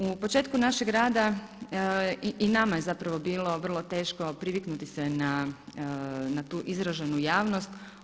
U početku našeg rada i nama je zapravo bilo vrlo teško priviknuti se na tu izraženu javnost.